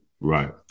Right